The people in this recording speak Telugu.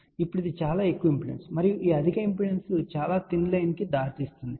ఇప్పుడు ఇది చాలా ఎక్కువ ఇంపెడెన్స్ మరియు ఈ అధిక ఇంపెడెన్స్ ఈ చాలా థిన్ లైన్ కు దారి తీస్తుంది